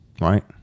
Right